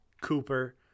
Cooper